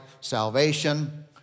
salvation